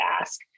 ask